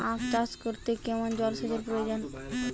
আখ চাষ করতে কেমন জলসেচের প্রয়োজন?